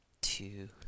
two